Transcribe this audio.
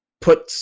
put